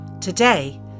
today